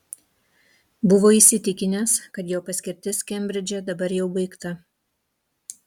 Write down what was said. buvo įsitikinęs kad jo paskirtis kembridže dabar jau baigta